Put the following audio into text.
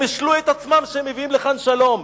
הם השלו את עצמם שהם מביאים לכאן שלום.